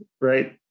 right